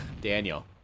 Daniel